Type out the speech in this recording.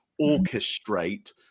orchestrate